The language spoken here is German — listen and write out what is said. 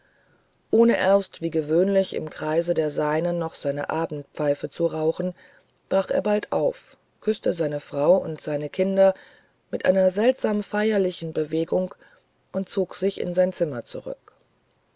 ohne erst wie gewöhnlich im kreise der seinen noch seine abendpfeife zu rauchen brach er bald auf küßte seine frau und seine kinder mit einer seltsam feierlichen bewegung und zog sich in sein zimmer zurück